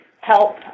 help